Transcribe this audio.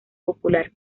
popular